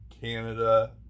Canada